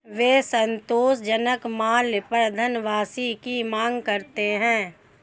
वे असंतोषजनक माल पर धनवापसी की मांग करते हैं